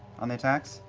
on the attacks?